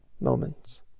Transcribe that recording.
moments